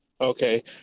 Okay